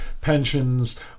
pensions